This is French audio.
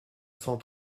cent